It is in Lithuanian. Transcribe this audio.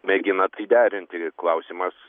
mėgina tai derinti ir klausimas